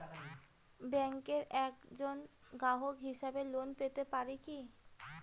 ব্যাংকের একজন গ্রাহক হিসাবে লোন পেতে পারি কি?